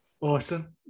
Awesome